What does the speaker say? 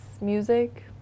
music